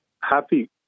happy